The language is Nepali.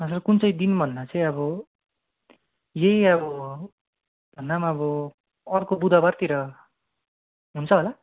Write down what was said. हजुर कुन चाहिँ दिन भन्दा चाहिँ अब यही अब भन्दा पनि अब अर्को बुधवारतिर हुन्छ होला